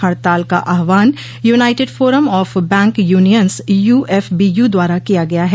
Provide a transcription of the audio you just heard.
हड़ताल का आह्वान united forum of bank unions UFBU द्वारा किया गया है